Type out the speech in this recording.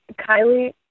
Kylie